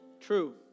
True